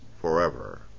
forever